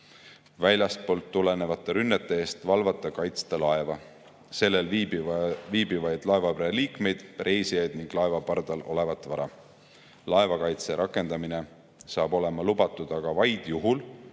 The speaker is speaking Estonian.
väljastpoolt tulenevate rünnete eest valvata, kaitsta laeva, sellel viibivaid laevapere liikmeid, reisijaid ning laeva pardal olevat vara. Laevakaitse rakendamine saab olema lubatud aga vaid juhul,